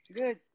good